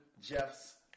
Jeff's